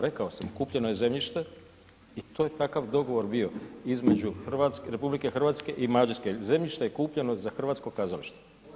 Rekao sam kupljeno je zemljište i to je takav dogovor bio između RH i Mađarske, zemljište je kupljeno za hrvatsko kazalište.